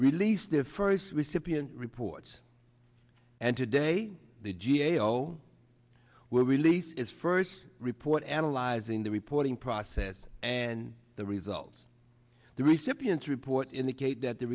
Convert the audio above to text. released the first recipient reports and today the g a o will release its first report analyzing the reporting process and the results the recipients report indicates that the